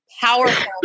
powerful